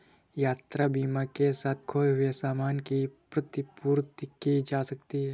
यात्रा बीमा के साथ खोए हुए सामान की प्रतिपूर्ति की जा सकती है